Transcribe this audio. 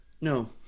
No